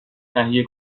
تهیه